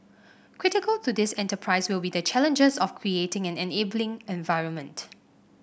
critical to this enterprise will be the challenges of creating an enabling environment